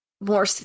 more